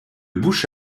bouche